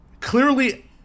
clearly